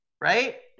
right